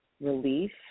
Relief